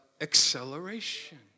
acceleration